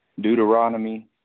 Deuteronomy